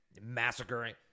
massacring